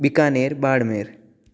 Bikaner Barmer